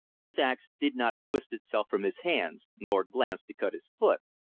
his ax did not twist itself from his hands, nor glance to cut his foot.